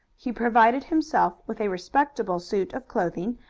he provided himself with a respectable suit of clothing,